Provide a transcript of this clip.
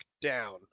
down